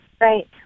right